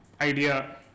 idea